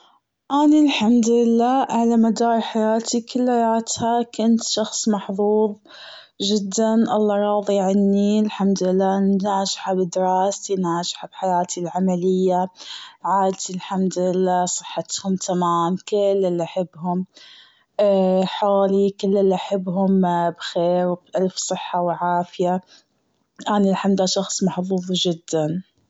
أني الحمد لله على مدار حياتي كلياتها كنت شخص محظوظ جداً. الله راضي عني الحمد لله اني ناجحة بدراستي ناجحة بحياتي العملية. عايلتي الحمد لله صحتهم تمام كل اللي أحبهم حولي كل اللي أحبهم بخير و بألف صحة و عافية. إني الحمد لله شخص محبوب جداً.